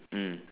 mm